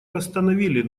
восстановили